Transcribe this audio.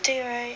对 right